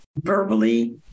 verbally